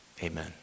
Amen